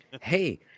Hey